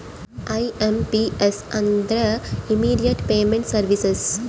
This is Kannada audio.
ಐ.ಎಂ.ಪಿ.ಎಸ್ ಅಂದ್ರ ಇಮ್ಮಿಡಿಯೇಟ್ ಪೇಮೆಂಟ್ ಸರ್ವೀಸಸ್